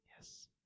Yes